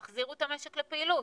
תחזירו את המשק לפעילות.